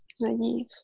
Naive